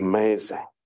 Amazing